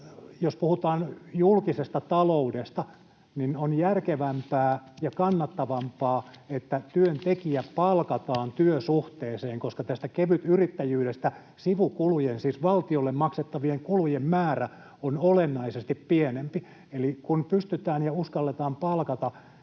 Jos puhutaan julkisesta taloudesta, niin on järkevämpää ja kannattavampaa, että työntekijä palkataan työsuhteeseen, koska tästä kevytyrittäjyydestä sivukulujen, siis valtiolle maksettavien kulujen määrä on olennaisesti pienempi. Eli kun pystytään ja uskalletaan palkata,